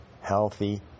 healthy